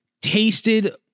tasted